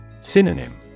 Synonym